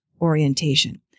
orientation